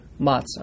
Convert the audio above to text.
matzah